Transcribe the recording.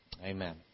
Amen